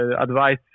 advice